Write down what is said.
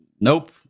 Nope